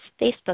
Facebook